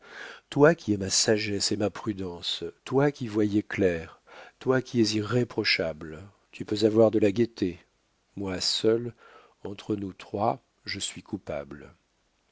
toi qui es ma sagesse et ma prudence toi qui voyais clair toi qui es irréprochable tu peux avoir de la gaieté moi seul entre nous trois je suis coupable